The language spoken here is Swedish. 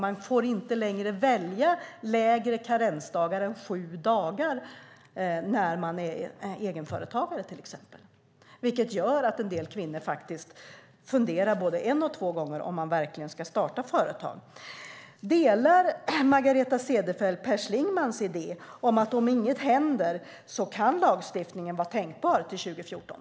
En egenföretagare får till exempel inte längre välja färre karensdagar än sju dagar, vilket gör att en del kvinnor funderar både en och två gånger om de verkligen ska starta företag. Delar Margareta Cederfelt Per Schlingmanns idé om att om inget händer kan en lagstiftning vara tänkbar till 2014?